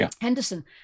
Henderson